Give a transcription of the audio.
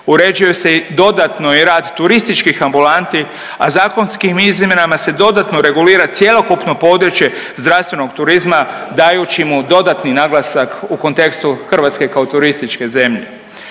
Uređuje se i dodatno i rad turističkih ambulanti, a zakonskim izmjenama se dodatno regulira cjelokupno područje zdravstvenog turizma dajući mu dodatni naglasak u kontekstu Hrvatske kao turističke zemlje.